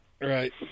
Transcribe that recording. right